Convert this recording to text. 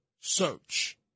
search